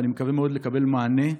ואני מקווה מאוד לקבל מענה.